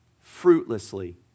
fruitlessly